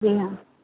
जी हाँ